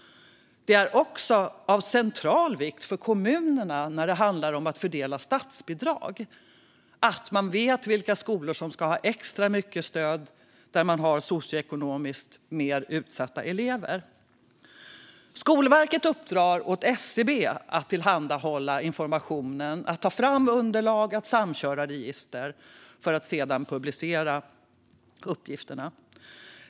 Det är också av central vikt för kommunerna när de ska fördela statsbidrag att veta vilka skolor som ska ha extra mycket stöd och var man har socioekonomiskt mer utsatta elever. Skolverket uppdrar åt SCB att tillhandahålla informationen, ta fram underlag och samköra register för att sedan publicera uppgifterna.